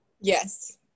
Yes